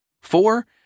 Four